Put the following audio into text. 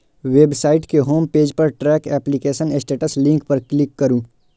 website के home page पर track application status link पर क्लिक करू